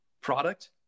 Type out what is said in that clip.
product